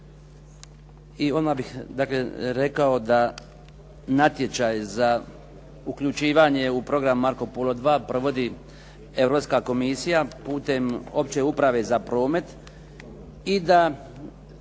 bih dakle rekao da natječaj za uključivanje u program "Marco Polo II" Europska komisija putem Opće uprave za promet i da